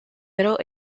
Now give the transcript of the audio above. middle